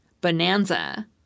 bonanza